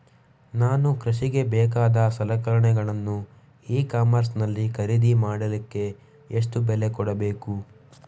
ನಾನು ಕೃಷಿಗೆ ಬೇಕಾದ ಸಲಕರಣೆಗಳನ್ನು ಇ ಕಾಮರ್ಸ್ ನಲ್ಲಿ ಖರೀದಿ ಮಾಡಲಿಕ್ಕೆ ಎಷ್ಟು ಬೆಲೆ ಕೊಡಬೇಕು?